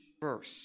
verse